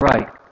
right